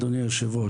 אדוני היושב-ראש,